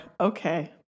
Okay